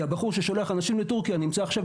כי הבחור ששולח אנשים לטורקיה נמצא עכשיו